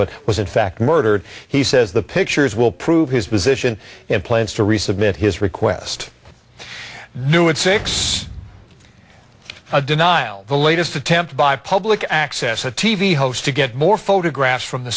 but was in fact murdered he says the pictures will prove his position and plans to resubmit his request do it six a denial the latest attempt by public access a t v host to get more photographs from the